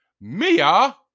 Mia